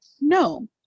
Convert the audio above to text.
no